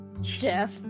Jeff